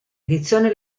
edizioni